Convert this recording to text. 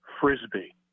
Frisbee